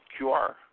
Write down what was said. QR